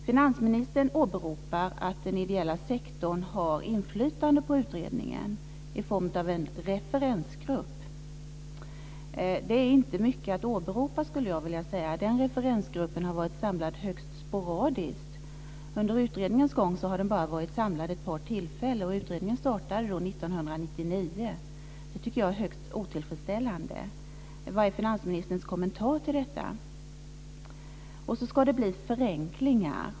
Finansministern åberopar att den ideella sektorn har inflytande på utredningen i form av en referensgrupp. Det är inte mycket att åberopa, skulle jag vilja säga. Den referensgruppen har nämligen varit samlad högst sporadiskt. Under utredningens gång har den varit samlad endast vid ett par tillfällen - utredningen startade 1999. Detta tycker jag är högst otillfredsställande. Vad är finansministerns kommentar till detta? Vidare ska det bli förenklingar.